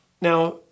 Now